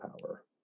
power